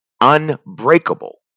Unbreakable